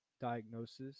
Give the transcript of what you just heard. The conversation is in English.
diagnosis